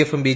എഫും ബി